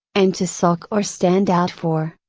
and to sulk or stand out for,